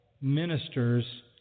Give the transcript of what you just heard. minister's